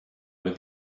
with